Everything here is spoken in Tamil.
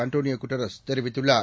அண்டோனியோகுட்டாரஸ் தெரிவித்துள்ளார்